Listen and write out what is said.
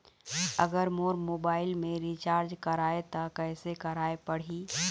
अगर मोर मोबाइल मे रिचार्ज कराए त कैसे कराए पड़ही?